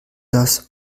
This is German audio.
das